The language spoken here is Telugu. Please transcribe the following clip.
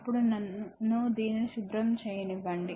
అప్పుడు నన్ను దీనిని శుభ్రం చేయనివ్వండి